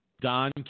Don